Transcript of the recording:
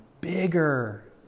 bigger